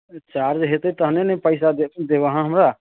charge हेतै तहने ने पैसा देब अहाँ हमरा